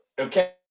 Okay